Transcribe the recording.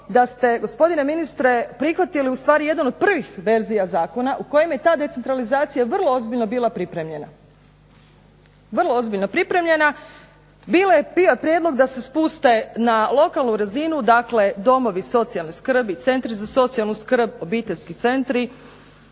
da ste gospodine ministre prihvatili ustvari jedan od prvih verzija zakona u kojem je ta decentralizacija vrlo ozbiljno bila pripremljena. Bio je prijedlog da se spuste na lokalnu razinu dakle domovi socijalne skrbi, centri za socijalnu skrb, obiteljski centri